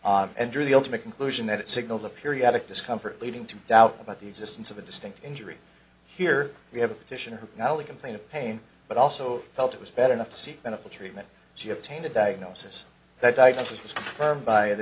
on andrew the ultimate conclusion that it signaled a periodic discomfort leading to doubt about the existence of a distinct injury here we have a petition who not only complained of pain but also felt it was bad enough to seek medical treatment she obtained a diagnosis that diagnosis was termed by the